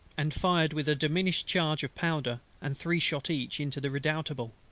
and fired with a diminished charge of powder, and three shot each, into the redoutable.